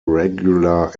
regular